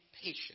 patience